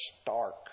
stark